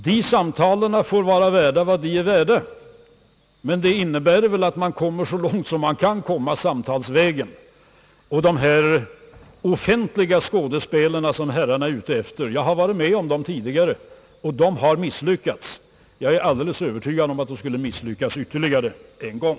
De samtalen får vara värda vad de är värda, men de innebär väl ändå att man kommer så långt som man kan komma samtalsvägen. De offentliga skådespel, som herrarna är ute efter, har jag varit med om tidigare. De har misslyckats. Och jag är helt övertygad om att de skulle misslyckas ytterligare en gång.